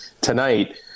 tonight